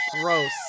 Gross